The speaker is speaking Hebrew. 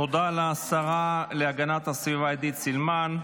תודה לשרה להגנת הסביבה עידית סילמן.